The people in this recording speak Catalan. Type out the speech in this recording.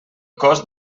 cost